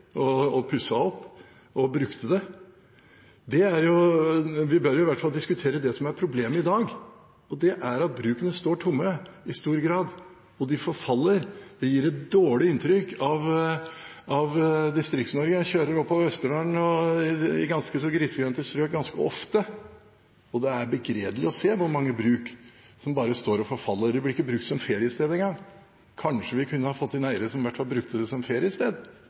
like, pusset opp og brukte dem. Vi bør i hvert fall diskutere det som er problemet i dag, og det er at brukene står tomme i stor grad, og de forfaller. Det gir et dårlig inntrykk av Distrikts-Norge. Jeg kjører oppover Østerdalen i ganske så grisgrendte strøk ganske ofte, og det er begredelig å se hvor mange bruk som bare står og forfaller. De blir ikke brukt som feriested engang. Kanskje vi kunne ha fått inn eiere som i hvert fall brukte dem som feriested.